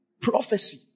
prophecy